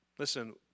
Listen